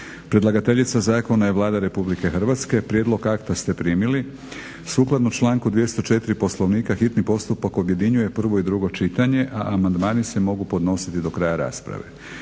Predlagateljica Zakona je Vlada Republike Hrvatske. Prijedlog akta ste primili. Sukladno članku 204. Poslovnika hitni postupak objedinjuje prvo i drugo čitanje a amandmani se mogu ponositi do kraja rasprave.